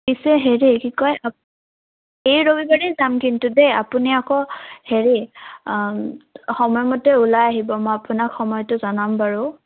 পিছে হেৰি কি কয় এই ৰবিবাৰেই যাম কিন্তু দেই আপুনি আকৌ হেৰি সময়মতে ওলাই আহিব মই আপোনাক সময়টো জনাম বাৰু